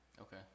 Okay